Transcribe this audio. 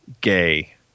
gay